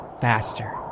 faster